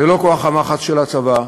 זה לא כוח המחץ של הצבא,